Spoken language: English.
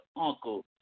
uncle